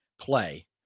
play